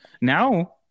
Now